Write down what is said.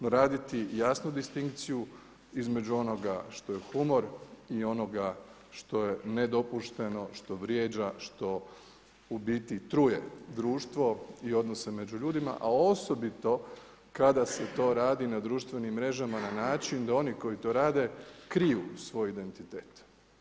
No raditi jasnu distinkciju između onoga što je humor i onoga što je nedopušteno, što vrijeđa, što u biti truje društvo i odnose među ljudima, a osobito kada se to radi na društvenim mrežama na način da oni koji to rade kriju svoj identitet.